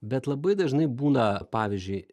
bet labai dažnai būna pavyzdžiui